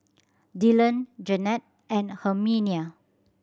Dylon Jannette and Herminia